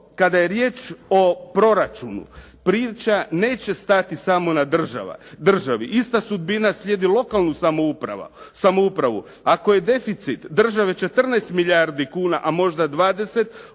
kada je riječ o proračunu priča neće stati samo na državi. Ista sudbina slijedi lokalnu samoupravu. Ako je deficit države 14 milijardi kuna, a možda 20, lokalna